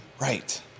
Right